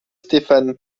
stéphane